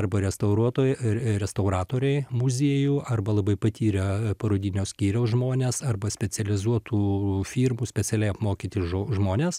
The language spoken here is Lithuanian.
arba restauruotoj restauratoriai muziejų arba labai patyrę parodinio skyriaus žmonės arba specializuotų firmų specialiai apmokyti žo žmones